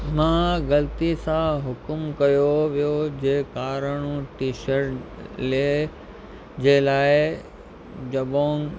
मां ग़लती सां हुक़ुम कयो वियो जे कारणु टी शर्ट लाइ जे लाइ जबोंग